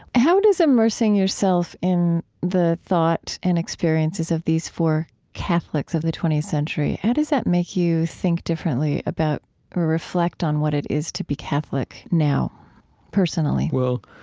how does immersing yourself in the thought and experiences of these four catholics of the twentieth century, how does that make you think differently or reflect on what it is to be catholic now personally? well,